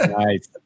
Nice